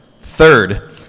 Third